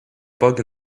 bug